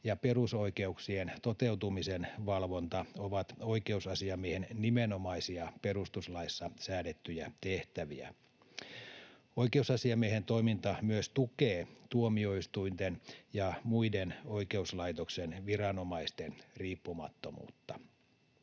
perusoikeuksien toteutumisen valvonta ovat oikeusasiamiehen nimenomaisia perustuslaissa säädettyjä tehtäviä. Oikeusasiamiehen toiminta myös tukee tuomioistuinten ja muiden oikeuslaitoksen viranomaisten riippumattomuutta.